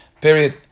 period